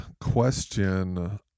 question